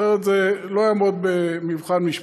אחרת זה לא יעמוד במבחן משפטי.